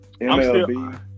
MLB